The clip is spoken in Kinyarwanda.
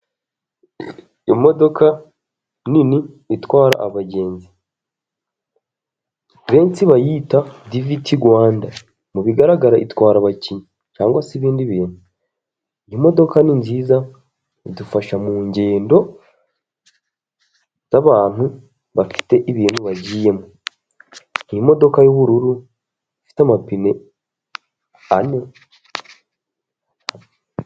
Imodoka nini itwara abagenzi, benshi bayita visiti Rwanda bigaragara ko itwara abakinnyi cyangwa se ibindi bintu, imodoka ni nziza idufasha mu ngendo z'abantu bafite ibintu bagiyemo n'imodoka y'ubururu ifite amapine ane.